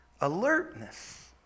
Alertness